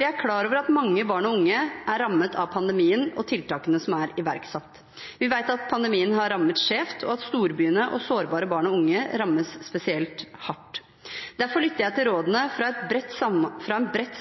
er klar over at mange barn og unge er rammet av pandemien og tiltakene som er iverksatt. Vi vet at pandemien har rammet skjevt, og at storbyene og sårbare barn og unge rammes spesielt hardt. Derfor lytter jeg til rådene fra en bredt